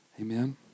Amen